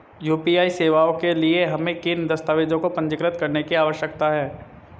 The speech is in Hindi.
यू.पी.आई सेवाओं के लिए हमें किन दस्तावेज़ों को पंजीकृत करने की आवश्यकता है?